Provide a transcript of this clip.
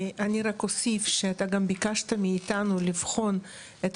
אני רק אוסיף שביקשת מאתנו גם לבחון את